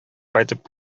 кайтып